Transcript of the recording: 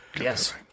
Yes